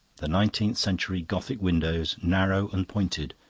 the nineteenth-century gothic windows, narrow and pointed,